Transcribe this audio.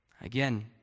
Again